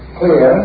clear